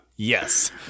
Yes